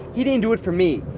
he didn't do it for me,